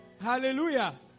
Hallelujah